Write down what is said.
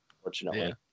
unfortunately